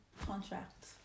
contract